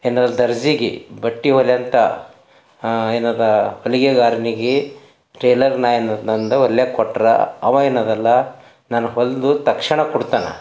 ಏನಾದ್ರೂ ದರ್ಜೆಗೆ ಬಟ್ಟೆ ಹೊಲೆ ಅಂತ ಏನಾದ್ರೂ ಹೊಲಿಗೆಗಾರನಿಗೆ ಟೇಲರ್ ನಾನು ನಂದ ಹೊಲೆಯೋಕೆ ಕೊಟ್ರೆ ಅವ ಇನದಲ್ಲ ನನಗೆ ಹೊಲೆದು ತಕ್ಷಣ ಕೊಡ್ತಾನೆ